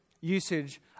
usage